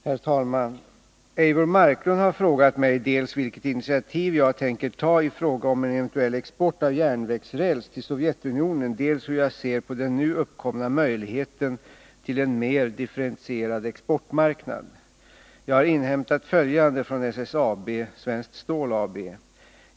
Herr talman! Eivor Marklund har frågat mig dels vilket initiativ jag tänker tai fråga om en eventuell export av järnvägsräls till Sovjetunionen, dels hur jag ser på den nu uppkomna möjligheten till en mer differentierad exportmarknad. Jag har inhämtat följande från SSAB, Svenskt Stål AB.